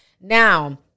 Now